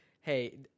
hey